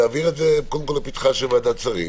נעביר את זה קודם כל לפתחה של ועדת שרים,